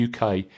UK